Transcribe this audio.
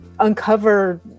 Uncover